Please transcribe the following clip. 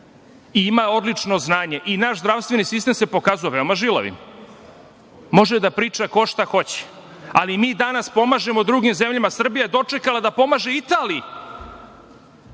i ima odlično znanje. Naš sistem se pokazao veoma žilavim. Može da priča ko šta hoće, ali mi danas pomažemo drugim zemljama. Srbija je dočekala da pomaže Italiji